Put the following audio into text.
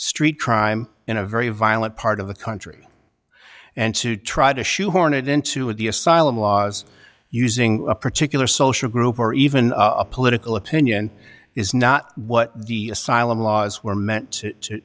street crime in a very violent part of the country and to try to shoehorn it into a the asylum laws using a particular social group or even a political opinion is not what the asylum laws were meant to